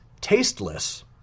tasteless